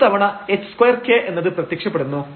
മൂന്ന് തവണ h2 k എന്നത് പ്രത്യക്ഷപ്പെടുന്നു